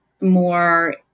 more